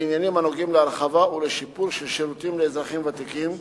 בעניינים הנוגעים להרחבה ולשיפור של שירותים לאזרחים ותיקים,